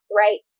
right